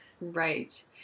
Right